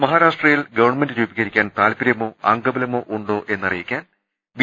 മഹാരാഷ്ട്രയിൽ ഗവൺമെന്റ് രൂപീകരിക്കാൻ താൽപ്പര്യമോ അംഗബലമോ ഉണ്ടോ എന്നറിയിക്കാൻ ബി